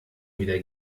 wieder